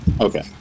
Okay